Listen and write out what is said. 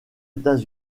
états